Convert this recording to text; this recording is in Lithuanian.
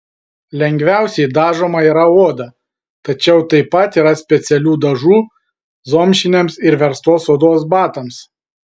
lengviausiai dažoma yra oda tačiau taip pat yra specialių dažų zomšiniams ir verstos odos batams